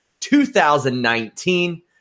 2019